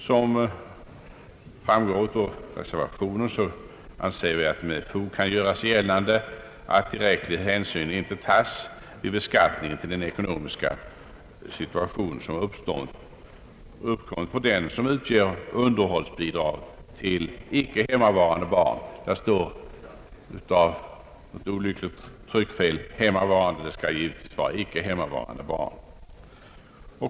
Som framgår av reservationen anser vi att med fog kan göras gällande att tillräcklig hänsyn inte tas vid beskattningen till den ekonomiska situation som uppstått för den som utger underhållsbidrag till icke hemmavarande barn under 16 år. I reservationen står på grund av ett olyckligt tryckfel »hemmavarande». Det skall givetvis vara »icke hemmavarande».